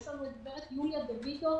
יש לנו את גברת יוליה דוידוב,